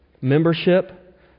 membership